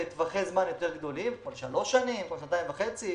בטווחי זמן יותר גדולים בכל שנתיים וחצי-שלוש,